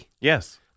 Yes